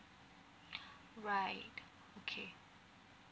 right okay